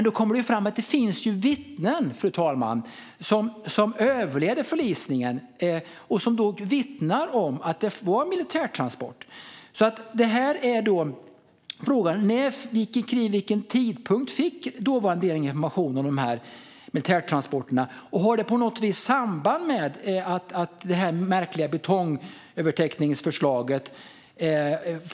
Där kommer det fram, fru talman, att det finns vittnen som överlevde förlisningen och som vittnar om att det var en militärtransport. Frågan är vid vilken tidpunkt den dåvarande regeringen fick information om dessa militärtransporter och om det på något vis har samband med det märkliga betongövertäckningsförslaget.